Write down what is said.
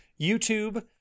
youtube